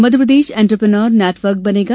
Madhya Pradesh entrepreneur network बनेगा